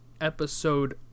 episode